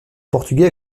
portugais